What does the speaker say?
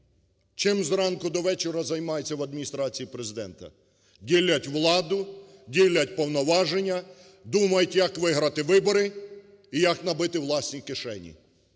Чим зранку до вечора займаються в Адміністрації Президента? Ділять владу, ділять повноваження, думаю, як виграти вибори і як набити власні кишені.